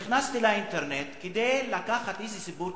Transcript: נכנסתי לאינטרנט כדי לקחת איזה סיפור,